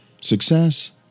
Success